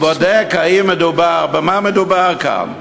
הוא בודק במה מדובר כאן.